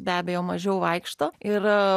be abejo mažiau vaikšto ir